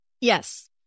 Yes